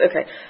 Okay